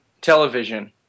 television